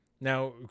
now